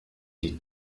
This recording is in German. die